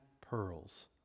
pearls